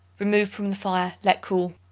remove from the fire let cool.